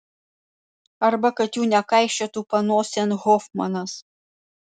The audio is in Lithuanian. arba kad jų nekaišiotų panosėn hofmanas